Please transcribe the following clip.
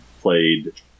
played